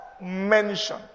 mention